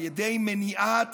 על ידי מניעת